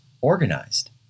organized